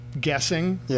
guessing